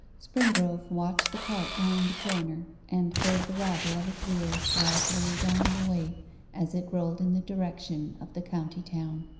springrove watched the cart round the corner, and heard the rattle of its wheels gradually dying away as it rolled in the direction of the county-town.